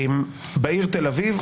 לעיר תל אביב,